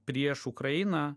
prieš ukrainą